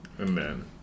Amen